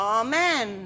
amen